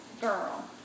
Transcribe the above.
girl